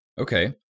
okay